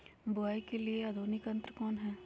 बुवाई के लिए आधुनिक यंत्र कौन हैय?